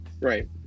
Right